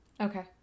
Okay